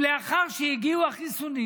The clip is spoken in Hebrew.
לאחר שהגיעו החיסונים,